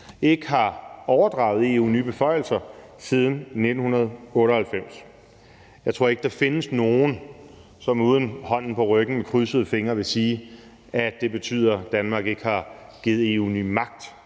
ikke har overdraget EU nye beføjelser siden 1998. Jeg tror ikke, der findes nogen, som uden hånden på ryggen med krydsede fingre vil sige, at det betyder, at Danmark ikke har givet EU ny magt